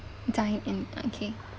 dine in okay